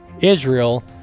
Israel